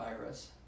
virus